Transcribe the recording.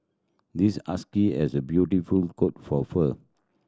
this husky has a beautiful coat for fur